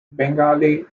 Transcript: bengali